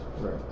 Right